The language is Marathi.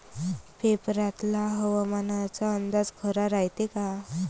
पेपरातला हवामान अंदाज खरा रायते का?